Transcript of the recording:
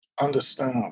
understand